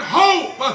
hope